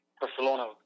Barcelona